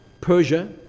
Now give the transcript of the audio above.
Persia